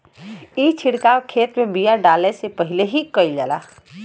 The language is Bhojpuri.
ई छिड़काव खेत में बिया डाले से पहिले ही कईल जाला